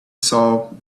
saw